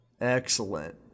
Excellent